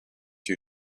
you